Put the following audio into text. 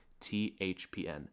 THPN